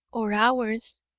or ours,